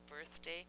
birthday